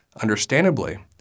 Understandably